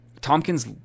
Tompkins